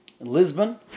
Lisbon